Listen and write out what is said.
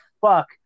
fuck